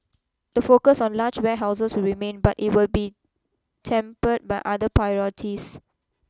the focus on large warehouses will remain but it will be tempered by other priorities